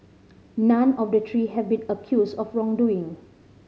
none of the three have been accused of wrongdoing